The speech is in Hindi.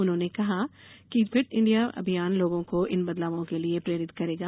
उन्होंने कहा कि फिट इंडिया अभियान लोगों को इन बदलावों के लिए प्रेरित करेगा